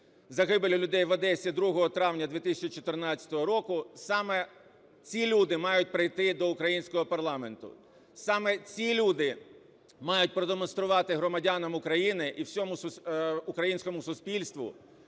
загибелі людей в Одесі 2 травня 2014 року. Саме ці люди мають прийти до українського парламенту. Саме ці люди мають продемонструвати громадянам України і всьому українському суспільству,